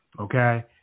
okay